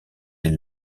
est